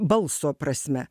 balso prasme